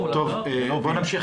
בואו נמשיך,